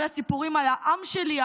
כל הסיפורים: העם שלי,